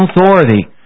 authority